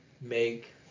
make